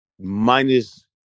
minus